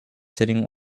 sitting